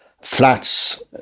flats